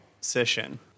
session